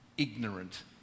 Ignorant